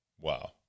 Wow